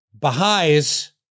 Baha'is